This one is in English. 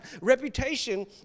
reputation